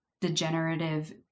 degenerative